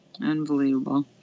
Unbelievable